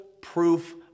proof